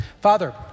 Father